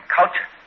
culture